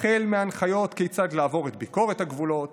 מהנחיות כיצד לעבור את ביקורת הגבולות